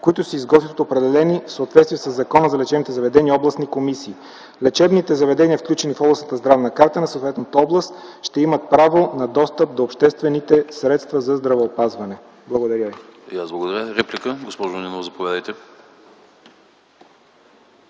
които се изготвят в определени в съответствие със Закона за лечебните заведения областни комисии. Лечебните заведения, включени в областната здравна карта на съответната област, ще имат право на достъп до обществените средства за здравеопазване. Благодаря ви.